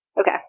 Okay